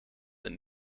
een